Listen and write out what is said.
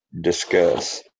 discuss